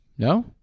No